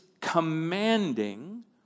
commanding